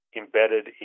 embedded